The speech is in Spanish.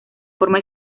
forma